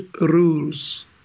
rules